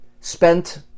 spent